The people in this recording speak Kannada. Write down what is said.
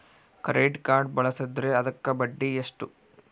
ಕ್ರೆಡಿಟ್ ಕಾರ್ಡ್ ಬಳಸಿದ್ರೇ ಅದಕ್ಕ ಬಡ್ಡಿ ಎಷ್ಟು?